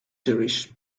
series